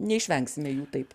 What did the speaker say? neišvengsime jų taip